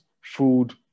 food